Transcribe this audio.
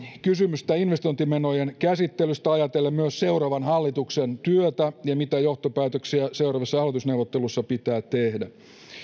kysymystä investointimenojen käsittelystä ajatellen myös seuraavan hallituksen työtä ja sitä mitä johtopäätöksiä seuraavissa hallitusneuvotteluissa pitää tehdä